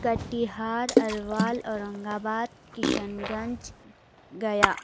Katihar Arwal Aurangabad Kishanganj گیا